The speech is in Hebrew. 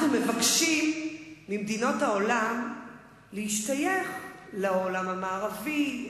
אנחנו מבקשים ממדינות העולם להשתייך לעולם המערבי,